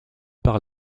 par